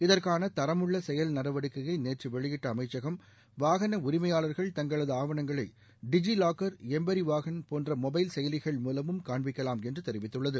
இதற்கான தரமுள்ள செயல் நடவடிக்கையை நேற்று வெளியிட்ட அமைச்சகம் வாகன உரிமையாளர்கள் தங்களது ஆவணங்களை டிஜிலாக்கா் எம்பரிவாகன் போன்ற மொபைல் செயலிகள் மூலமும் காண்பிக்கலாம் என்று தெரிவித்துள்ளது